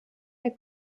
der